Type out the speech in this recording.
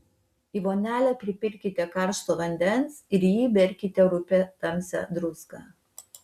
į vonelę pripilkite karšto vandens ir į jį įberkite rupią tamsią druską